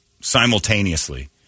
simultaneously